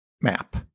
map